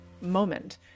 moment